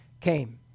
came